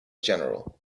general